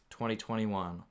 2021